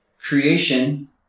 creation